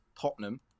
Tottenham